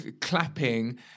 clapping